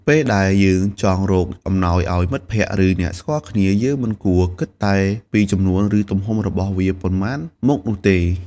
ពេលដែលយើងចង់រកអំណោយឱ្យមិត្តភក្តិ ឬអ្នកស្គាល់គ្នា យើងមិនគួរគិតតែពីចំនួន ឬទំហំរបស់វាប៉ុន្មានមុខនោះទេ។